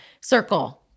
Circle